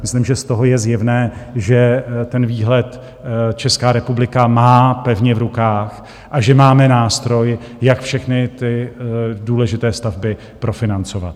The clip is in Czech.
Myslím, že z toho je zjevné, že ten výhled Česká republika má pevně v rukách a že máme nástroj, jak všechny důležité stavby profinancovat.